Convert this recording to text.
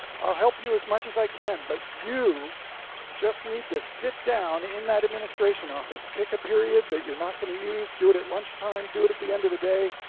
i'll help you as much as i can, but you just need to sit down in that administration office. pick a period that you're not going to use. do it at lunch time, do it at the end of the day,